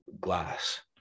glass